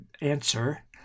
answer